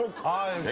cause